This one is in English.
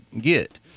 get